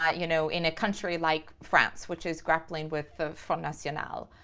ah you know, in a country like france, which is grappling with the front national,